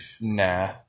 nah